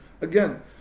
Again